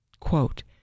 quote